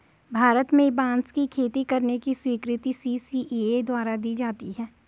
भारत में बांस की खेती करने की स्वीकृति सी.सी.इ.ए द्वारा दी जाती है